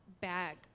bag